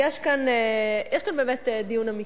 יש כאן באמת דיון אמיתי.